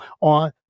on